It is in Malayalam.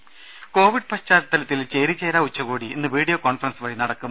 രുമ കോവിഡ് പശ്ചാത്തലത്തിൽ ചേരിചേരാ ഉച്ചകോടി ഇന്ന് വീഡിയോ കോൺഫറൻസ് വഴി നടക്കും